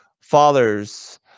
Fathers